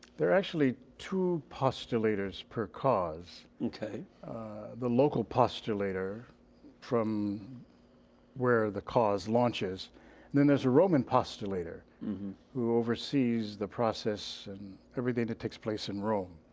there are actually two postulators per cause, the local postulator from where the cause launches. and then, there's a roman postulator who oversees the process and everything that takes place in rome.